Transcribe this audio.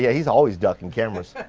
yeah he's always ducking cameras.